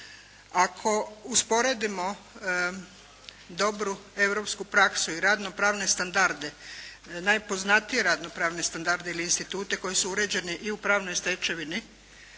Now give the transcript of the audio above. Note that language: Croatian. Ako usporedimo dobru europsku praksu i radno-pravne standarde, najpoznatije radno-pravne standarde ili institute koji su uređeni i u pravnoj stečevini